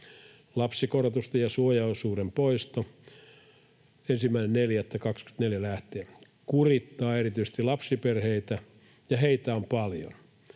Lapsikorotusten ja suojaosuuden poisto 1.4.24 lähtien kurittaa erityisesti lapsiperheitä, ja heitä on paljon.